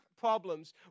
problems